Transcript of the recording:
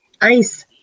ice